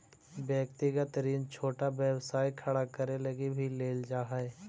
व्यक्तिगत ऋण छोटा व्यवसाय खड़ा करे लगी भी लेल जा हई